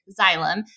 Xylem